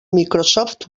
microsoft